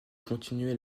continuer